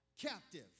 captive